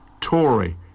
Tory